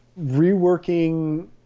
reworking